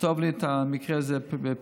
תכתוב לי את המקרה הזה בפירוט,